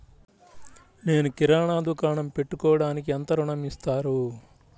నేను కిరాణా దుకాణం పెట్టుకోడానికి ఎంత ఋణం ఇస్తారు?